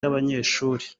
y’abanyeshuri